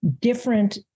different